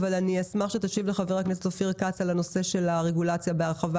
אבל אני אשמח שתשיב לחבר הכנסת אופיר כץ על הנושא של הרגולציה בהרחבה.